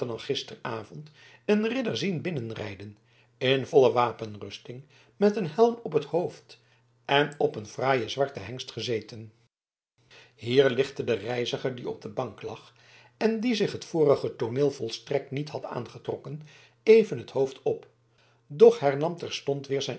gisteravond een ridder zien binnenrijden in volle wapenrusting met een helm op t hoofd en op een fraaien zwarten hengst gezeten hier lichtte de reiziger die op de bank lag en die zich het vorige tooneel volstrekt niet had aangetrokken even het hoofd op doch hernam terstond weer zijn